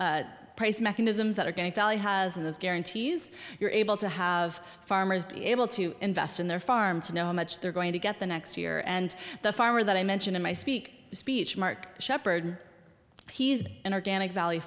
e price mechanisms that are going to has and those guarantees you're able to have farmers be able to invest in their farm to know how much they're going to get the next year and the farmer that i mentioned in my speak speech mark sheppard he's